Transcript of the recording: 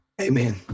Amen